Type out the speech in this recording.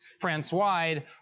France-wide